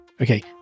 Okay